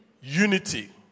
unity